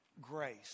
grace